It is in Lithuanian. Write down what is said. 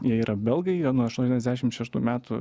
jie yra belgai jie nuo aštuoniasdešim šeštų metų